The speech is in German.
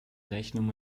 rechnung